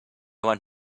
want